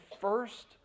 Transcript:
first